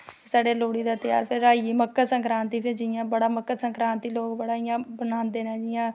साढ़ै लोह्ड़ी दा ध्याहर फिर आई गेई मक्कर संकरांती फिर जियां बड़ा मक्कर संकरांती लोग बड़ा इ'यां बनांदे नै जियां